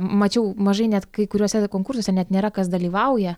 mačiau mažai net kai kuriuose konkursuose net nėra kas dalyvauja